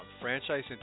Franchise